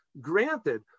Granted